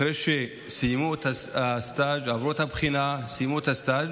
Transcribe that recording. אחרי שעברו את הבחינה, סיימו את הסטז',